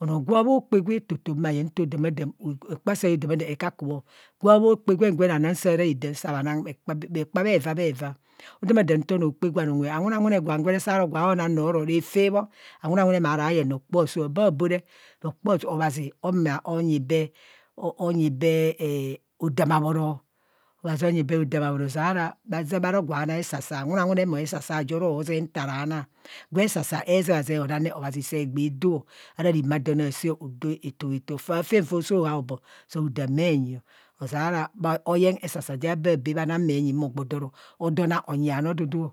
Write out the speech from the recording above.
Onoo gwa bho kpaa gwe tato ma yee nto damadam, hekpa ɛaa damadam hekaku bho, gwa bho kpa gwen gwen ana saa ra daam saa bha na bhekpa bhevaa bhevaa. Odamadaam nto onoo okpa gwan unwe awuna wune gwan gwe re saa ro gwa na rooroo refe bho awunawuno maa ra yee rokpo aasọọ abaabo re obhazi rokpo onyi bee anyi bee err hodam abhoro, obhazi onyi bee hodama bhoro ozeara bha ro gwa na esasa awunawune re mee asa sa ajo mo ro zee nta ra na, gwe esasa ezebhaze onaa re obhazi see gbee doo ara raa maa don aasạạ o ose tohoeto aafen foo soo haa abho aasoo dam bhe nyio. Ozeara oye esasa ja abhabee bha nang bhenyi no gbo do ro ona onyi bha noo dudu ọ